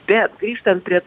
bet grįžtant prie